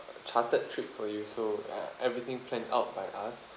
chartered trip for you so uh everything planned out by us